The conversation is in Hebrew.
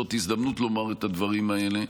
וזאת הזדמנות לומר את הדברים האלה,